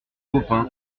baupin